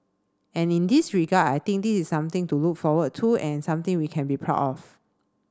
and in this regard I think this is something to look forward to and something we can be proud of